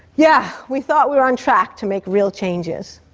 yeah we thought we were on track to make real changes.